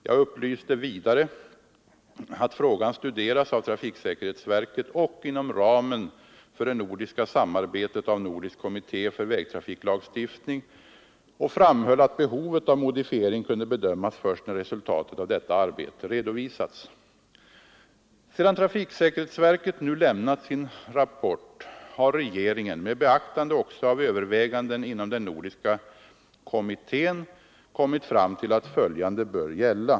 Jag upplyste vidare att frågan studeras av trafiksäkerhetsverket och — inom ramen för det nordiska samarbetet — av Nordisk kommitté för vägtrafiklagstiftning och framhöll att behovet av modifiering kunde bedömas först när resultatet av detta arbete redovisats. Sedan trafiksäkerhetsverket nu lämnat sin rapport har regeringen — med beaktande också av överväganden inom den nordiska kommittén — kommit fram till att följande bör gälla.